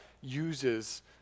uses